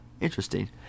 interesting